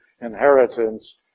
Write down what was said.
inheritance